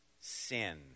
sin